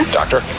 doctor